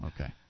Okay